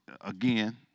Again